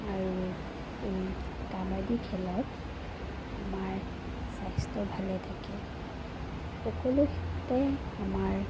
আৰু এই কাবাডী খেলত আমাৰ স্বাস্থ্য ভালে থাকে সকলো খেলতে আমাৰ